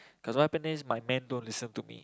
cause what happen then is my man don't listen to me